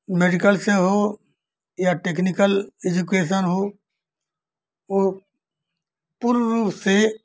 medical से हो या टेक्निकल एजुकेशन हो वो पूर्व से